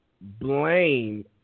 blame